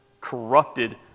corrupted